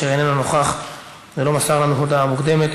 אשר איננו נוכח ולא מסר לנו הודעה מוקדמת,